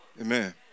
Amen